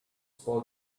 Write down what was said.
spoil